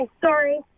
Sorry